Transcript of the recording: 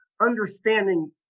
understanding